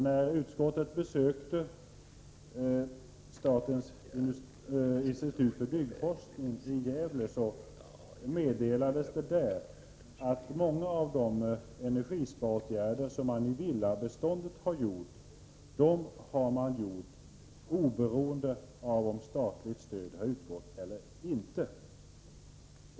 När utskottet besökte statens institut för byggforskning i Gävle meddelades där, att många av de energisparåtgärder som gjorts i villabeståndet har tillkommit oberoende av om statligt stöd har utgått eller inte.